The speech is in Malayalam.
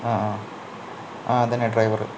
ആ ആ അത് തന്നെ ഡ്രൈവറ്